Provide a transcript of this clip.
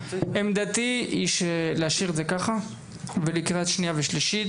עמדתי היא להשאיר את זה ככה ולקראת שנייה ושלישית